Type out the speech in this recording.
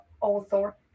Author